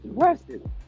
arrested